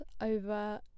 over